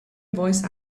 voice